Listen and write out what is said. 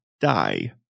die